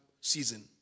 season